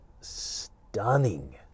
stunning